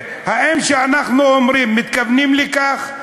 והאם כשאנחנו אומרים, מתכוונים לכך?